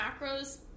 macros